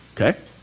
okay